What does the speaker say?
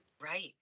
Right